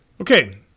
Okay